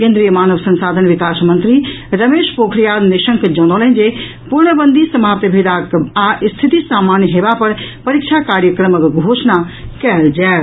केन्द्रीय मानव संसाधन विकास मंत्री रमेश पोखरियाल निशंक जनौलनि जे पूर्णबंदी समाप्त भेलाक आ रिथिति सामान्य होयबा पर परीक्षा कार्यक्रमक घोषणा कयल जायत